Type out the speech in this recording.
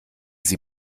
sie